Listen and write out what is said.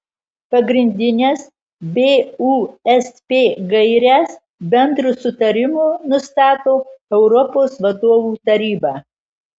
pagrindines busp gaires bendru sutarimu nustato europos vadovų taryba